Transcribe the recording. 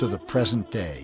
to the present day